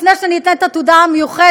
לפני שאני אתן את התודה המיוחדת,